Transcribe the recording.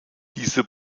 diese